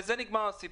בזה נגמר הסיפור.